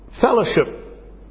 Fellowship